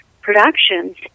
productions